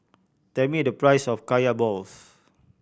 tell me the price of Kaya balls